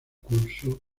curso